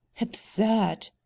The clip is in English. absurd